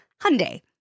Hyundai